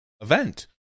event